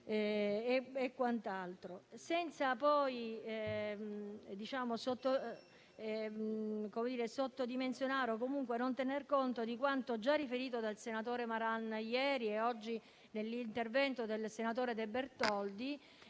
e quant'altro. Senza poi sottodimensionare o comunque non tener conto di quanto già riferito dal senatore Malan ieri e oggi dal senatore De Bertoldi